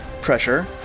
pressure